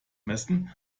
messen